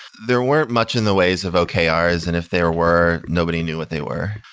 there weren't much in the ways of okay ours, and if there were, nobody knew what they were.